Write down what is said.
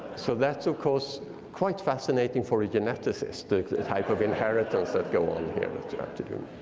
so that's of course quite fascinating for a geneticist, the type of inheritance that go on here we try to do.